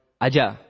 Aja